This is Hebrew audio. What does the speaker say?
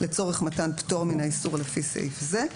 לצורך מתן פטור מן האיסור לפי סעיף זה.